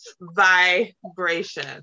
vibration